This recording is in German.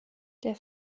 der